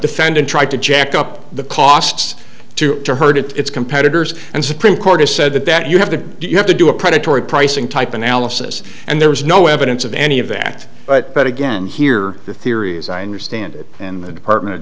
defendant tried to jack up the costs to to hurt its competitors and supreme court has said that that you have to do you have to do a predatory pricing type analysis and there is no evidence of any of that but but again here the theories i understand it and the department of